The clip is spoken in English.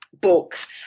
books